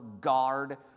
guard